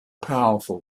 powerful